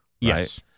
yes